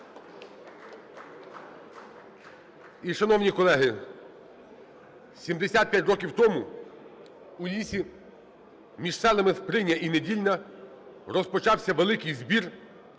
І, шановні колеги, 75 років тому у лісі, між селами Сприня і Недільна розпочався великий збір